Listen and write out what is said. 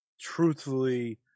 truthfully